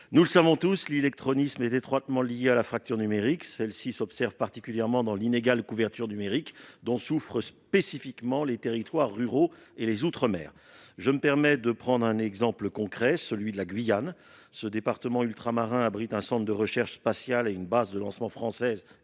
Nous le savons tous, l'illectronisme est étroitement lié à la fracture numérique. Celle-ci s'observe particulièrement dans l'inégale couverture numérique dont souffrent spécifiquement les territoires ruraux et les outre-mer. Je prends un exemple concret, la Guyane : ce département ultramarin abrite un centre de recherche spatiale et une base de lancement française